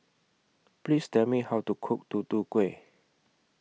Please Tell Me How to Cook Tutu Kueh